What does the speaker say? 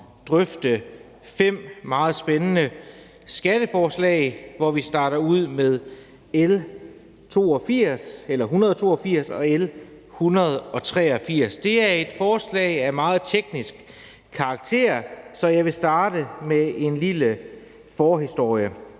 drøfte fem meget spændende skatteforslag, hvoraf vi starter ud med L 182 og L 183. Det er nogle forslag af meget teknisk karakter, så jeg vil starte med en lille forhistorie.